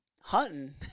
hunting